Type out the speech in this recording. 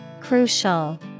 Crucial